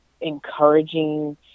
encouraging